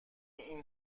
این